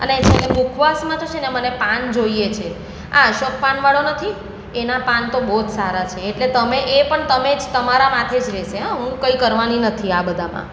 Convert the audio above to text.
અને મુખવાસમાં તો છે ને મને પાન જોઈએ છે આ અશોક પાનવાળો નથી એના પાન તો બહુ જ સારાં છે એટલે તમે એ પણ તમે જ તમારા માથે જ રહેશે હં હું કંઇ કરવાની નથી આ બધામાં